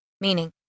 Meaning